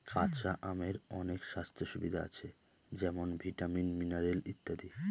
কাঁচা আমের অনেক স্বাস্থ্য সুবিধা আছে যেমন ভিটামিন, মিনারেল ইত্যাদি